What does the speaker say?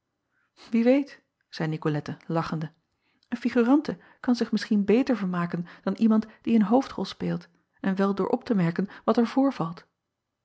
ie weet zeî icolette lachende een figurante kan zich misschien beter vermaken dan iemand die een hoofdrol speelt en wel door op te merken wat er voorvalt